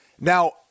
Now